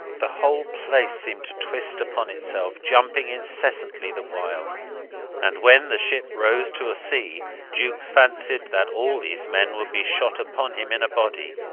the whole place seemed to twist upon itself, jumping incessantly the while and when the ship rose to a sea jukes fancied that all these men would be shot upon him in a body.